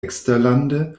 eksterlande